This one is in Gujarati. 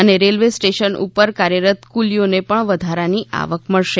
અને રેલવે સ્ટેશન ઉપર કાર્યરત કુલીયોને પણ વધારાની આવક મળશે